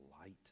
light